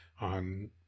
on